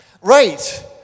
Right